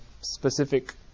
specific